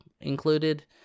included